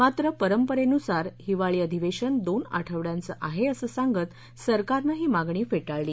मात्र परंपरेनुसार हिवाळी आधिवेशन दोन आठवड्यांचं आहे असं सांगत सरकारनं ही मागणी फेटाळली